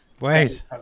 Wait